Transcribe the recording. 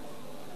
במבשרת.